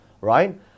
right